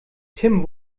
tim